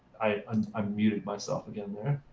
i and um muted myself again there.